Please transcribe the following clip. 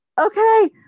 okay